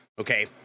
Okay